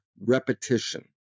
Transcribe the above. repetition